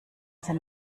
sind